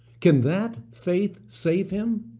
can that faith save him?